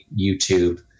YouTube